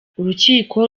urukiko